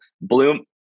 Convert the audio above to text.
bloom